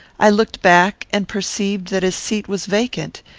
i looked back and perceived that his seat was vacant.